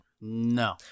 No